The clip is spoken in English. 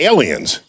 Aliens